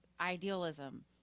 idealism